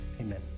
Amen